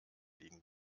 liegen